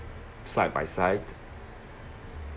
side by side